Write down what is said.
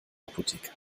apotheker